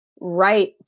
right